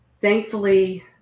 thankfully